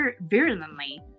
virulently